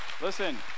Listen